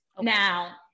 Now